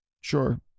Sure